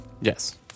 Yes